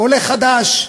עולה חדש.